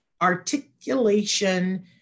articulation